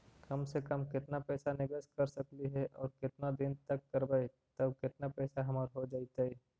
कम से कम केतना पैसा निबेस कर सकली हे और केतना दिन तक करबै तब केतना पैसा हमर हो जइतै?